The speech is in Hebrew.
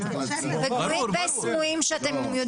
וסמויים שאתם...